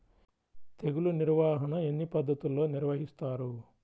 తెగులు నిర్వాహణ ఎన్ని పద్ధతుల్లో నిర్వహిస్తారు?